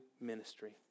ministry